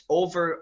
over